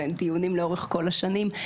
זה דיונים לאורך כל השנים,